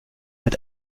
mit